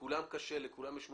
לכולם קשה, לכולם יש מורכבות,